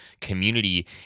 community